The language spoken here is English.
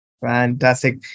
Fantastic